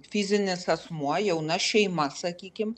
fizinis asmuo jauna šeima sakykim